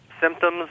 symptoms